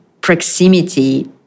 proximity